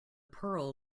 pearl